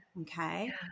Okay